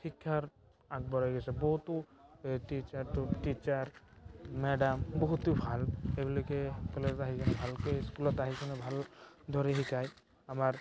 শিক্ষাৰ আগবাঢ়ি গৈছে বহুতো এই টিচ্ছাৰটো টিচ্ছাৰ মেডাম বহুতে ভাল তেওঁলোকে কলেজ আহি কিনে ভালকৈ স্কুলত কিনে আহি ভালদৰে শিকায় আমাৰ